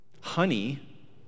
Honey